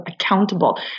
accountable